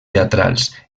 teatrals